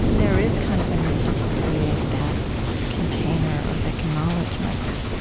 there is kind of a need to create that container of acknowledgement.